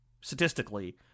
statistically